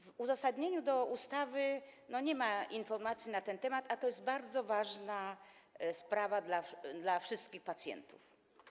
W uzasadnieniu do ustawy nie ma informacji na ten temat, a to jest bardzo ważna sprawa dla wszystkich pacjentów.